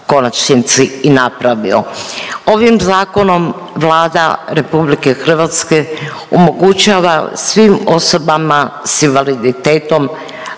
konačnici i napravio. Ovim zakonom Vlada RH omogućava svim osobama s invaliditetom